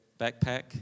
backpack